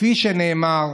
כפי שנאמר,